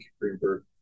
Greenberg